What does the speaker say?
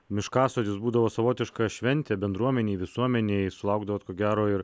miškasodis būdavo savotiška šventė bendruomenei visuomenei sulaukdavot ko gero ir